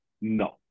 no